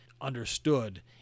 understood